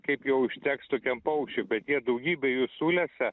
kaip jau užteks tokiam paukščiui bet jie daugybė jų sulesia